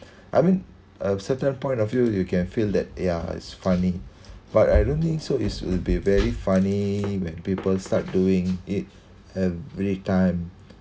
I mean a certain point of view you can feel that yeah it's funny but irony so it'll be very funny when people start doing it every time